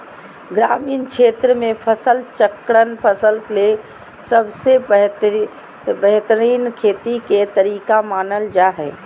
ग्रामीण क्षेत्र मे फसल चक्रण फसल ले सबसे बेहतरीन खेती के तरीका मानल जा हय